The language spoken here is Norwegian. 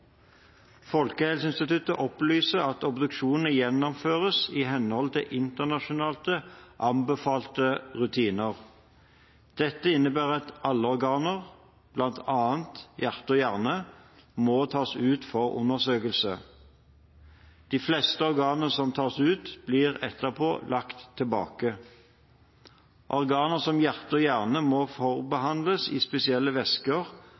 Folkehelseinstituttet opplyser at obduksjonene gjennomføres i henhold til internasjonalt anbefalte rutiner. Dette innebærer at alle organer, bl.a. hjerte og hjerne, må tas ut for undersøkelse. De fleste organer som tas ut, blir etterpå lagt tilbake. Organer som hjerte og hjerne må forbehandles i spesielle